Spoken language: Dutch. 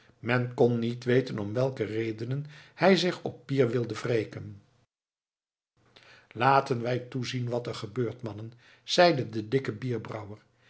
men kon niet weten om welke redenen hij zich op pier wilde wreken laten wij toezien wat er gebeurt mannen zeide de dikke bierbrouwer